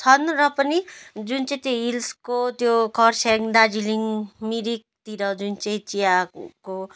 छन् र पनि जुन चाहिँ त्यो हिल्सको त्यो कर्सियङ दार्जिलिङ मिरिकतिर जुन चाहिँ चियाको